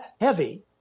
heavy